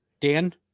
Dan